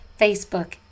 Facebook